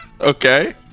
Okay